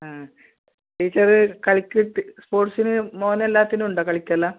ആ ടീച്ചറ് കളിക്കത്തി സ്പോർട്സിൽ മോൻ എല്ലാത്തിനും ഉണ്ടോ കളിക്കെല്ലാം